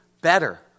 better